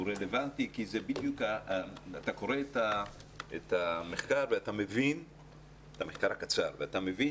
הוא רלוונטי כי כשאתה קורא את המחקר הקצר אתה מבין